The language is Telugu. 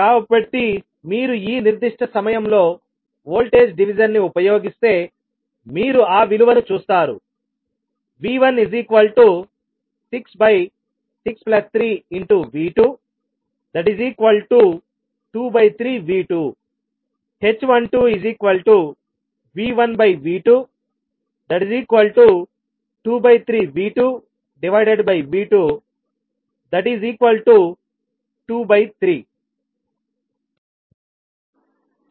కాబట్టి మీరు ఈ నిర్దిష్ట సమయంలో వోల్టేజ్ డివిజన్ ని ఉపయోగిస్తే మీరు ఆ విలువను చూస్తారు V1663V223V2 h12V1V223V2V223